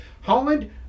Holland